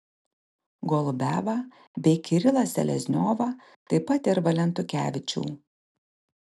golubevą bei kirilą selezniovą taip pat ir valentukevičių